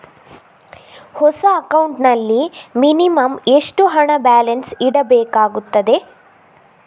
ಹೊಸ ಅಕೌಂಟ್ ನಲ್ಲಿ ಮಿನಿಮಂ ಎಷ್ಟು ಹಣ ಬ್ಯಾಲೆನ್ಸ್ ಇಡಬೇಕಾಗುತ್ತದೆ?